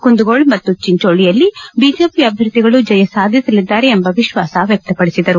ಕುಂದಗೋಳ ಮತ್ತು ಚಿಂಚೋಳಿಯಲ್ಲಿ ಬಿಜೆಪಿ ಅಭ್ವರ್ಥಿಗಳು ಜಯ ಸಾಧಿಸಲಿದ್ದಾರೆ ಎಂಬ ವಿಶ್ವಾಸ ವ್ಯಕ್ತಪಡಿಸಿದರು